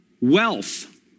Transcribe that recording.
wealth